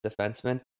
defenseman